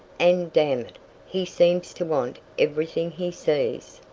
and damn it he seems to want everything he sees.